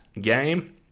game